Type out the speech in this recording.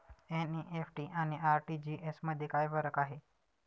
NEFT आणि RTGS मध्ये काय फरक आहे?